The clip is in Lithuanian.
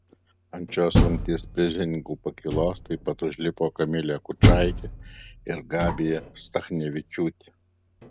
ant šios rungties prizininkų pakylos taip pat užlipo kamilė kučaitė ir gabija stachnevičiūtė